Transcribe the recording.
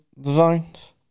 designs